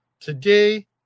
Today